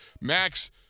max